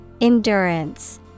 Endurance